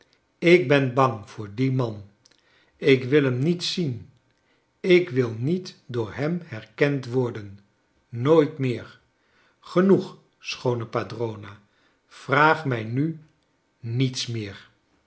ik ben bang voor dien man ik wil hem niet zien ik wil niet door hem herkend worden nooit meer genoeg schoone padrona vraag mij nu niets meer